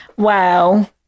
Wow